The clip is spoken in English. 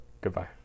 goodbye